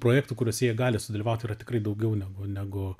projektų kuriuose jie gali sudalyvaut yra tikrai daugiau negu negu